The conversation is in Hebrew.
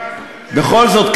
בכל זאת,